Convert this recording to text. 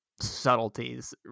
subtleties